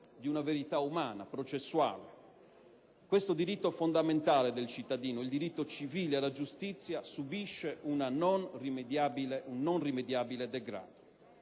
di una verità umana, processuale - questo diritto fondamentale del cittadino, il diritto civile alla giustizia subisce un non rimediabile degrado;